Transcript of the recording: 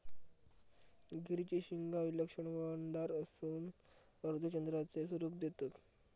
गिरीची शिंगा विलक्षण वळणदार असून अर्धचंद्राचे स्वरूप देतत